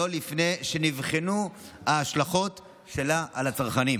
לא לפני שנבחנו ההשלכות שלה על הצרכנים.